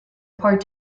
part